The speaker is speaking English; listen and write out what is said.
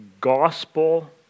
gospel